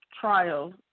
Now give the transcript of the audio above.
trial